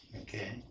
Okay